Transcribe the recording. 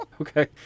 Okay